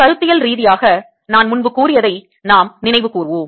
கருத்தியல் ரீதியாக நான் முன்பு கூறியதை நாம் நினைவுகூர்வோம்